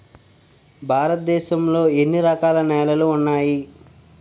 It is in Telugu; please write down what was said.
భారతదేశం లో ఎన్ని రకాల నేలలు ఉన్నాయి?